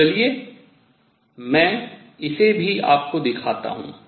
तो चलिए मैं इसे भी आपको दिखाता हूँ